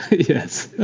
yes